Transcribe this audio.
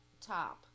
top